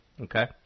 Okay